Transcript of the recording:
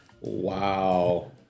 Wow